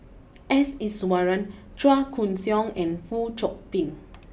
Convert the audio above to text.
S Iswaran Chua Koon Siong and Fong Chong Pik